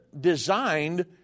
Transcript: designed